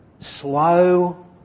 slow